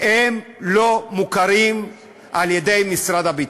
לא מוכרים על-ידי משרד הביטחון.